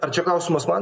ar čia klausimas man